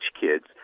kids